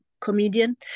comedian